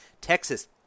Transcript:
Texas